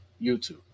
YouTube